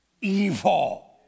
evil